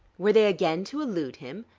were they again to elude him?